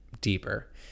deeper